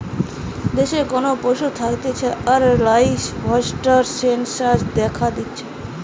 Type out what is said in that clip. দেশে কোন পশু থাকতিছে তার লাইভস্টক সেনসাস দ্যাখা হতিছে